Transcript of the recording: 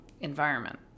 environment